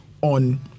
on